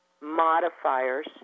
modifiers